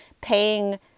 paying